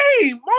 game